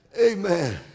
Amen